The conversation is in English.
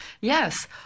Yes